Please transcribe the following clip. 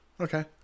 Okay